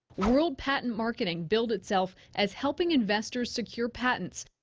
world patent marketing billed itself as helping investors secure patents,